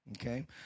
okay